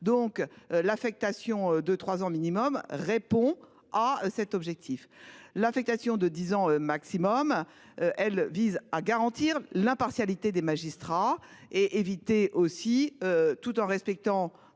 donc l'affectation de trois ans minimum répond à cet objectif, l'affectation de 10 ans maximum. Elle vise à garantir l'impartialité des magistrats et éviter aussi tout en respectant,